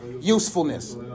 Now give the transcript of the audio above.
usefulness